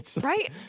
Right